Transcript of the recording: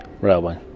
railway